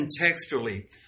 contextually